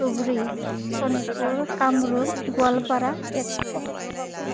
Dhubri Sonitpur Kamrup Goalpara Tezpur